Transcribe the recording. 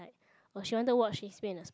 oh she wanted to watch